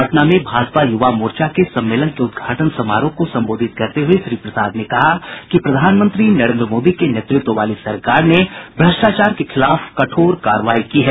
पटना में भाजपा यूवा मोर्चा के सम्मेलन के उदघाटन समारोह को संबोधित करते हुए श्री प्रसाद ने कहा कि प्रधानमंत्री नरेंद्र मोदी के नेतृत्व वाली सरकार ने भ्रष्टाचार के खिलाफ कठोर कार्रवाई की है